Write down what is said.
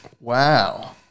Wow